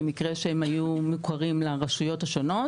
במקרה שהם היו מוכרים לרשויות השונות,